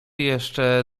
jeszcze